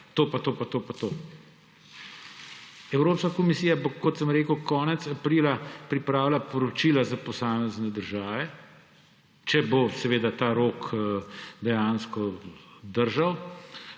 to pa to pa to. Evropska komisija bo, kot sem rekel, konec aprila pripravila poročila za posamezne države, če bo seveda ta rok dejansko držal,